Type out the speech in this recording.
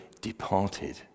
departed